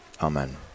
amen